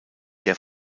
der